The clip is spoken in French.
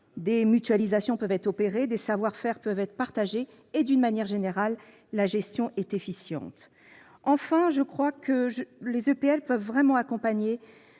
des mutualisations peuvent être opérées, les savoir-faire peuvent être partagés et, d'une manière générale, la gestion est efficiente. Troisièmement, les EPL peuvent vraiment, à mon